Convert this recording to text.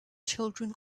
children